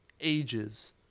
ages